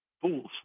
fools